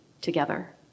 together